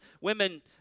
women